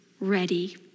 ready